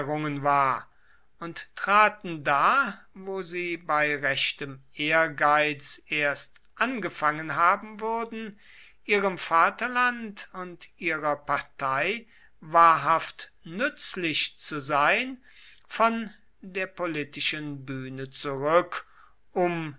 war und traten da wo sie bei rechtem ehrgeiz erst angefangen haben würden ihrem vaterland und ihrer partei wahrhaft nützlich zu sein von der politischen bühne zurück um